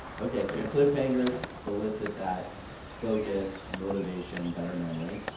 okay, so cliffhangers elicit that focus. motivation, better memory.